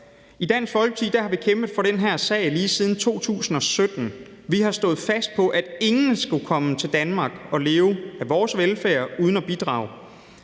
I Dansk Folkeparti har vi kæmpet for den her sag lige siden 2017. Vi har stået fast på, at ingen skal komme til Danmark og leve af vores velfærd uden at bidrage.